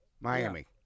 Miami